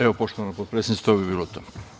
Evo, poštovana potpredsednice, to bi bilo to.